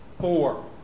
four